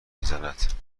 میزند